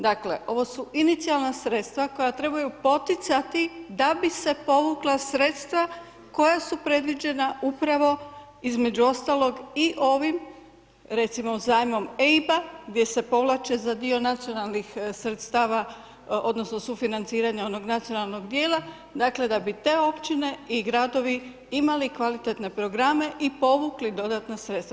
Dakle, ovo su inicijalna sredstva koja trebaju poticati da bi se povukla sredstva koja su predviđena upravo, između ostalog, i ovim, recimo zajmom eiba, gdje se povlače za dio nacionalnih sredstava odnosno sufinanciranja onog nacionalnog dijela, dakle, da bi te općine i gradovi imali kvalitetne programe i povukli dodatna sredstva.